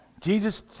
Jesus